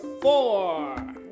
four